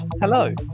Hello